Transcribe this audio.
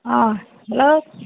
অঁ হেল্ল'